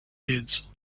heads